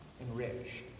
Enriched